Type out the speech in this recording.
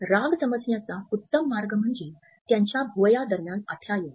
राग समजण्याचा उत्तम मार्ग म्हणजे त्यांच्या भुवया दरम्यान आठ्या येणे